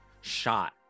shot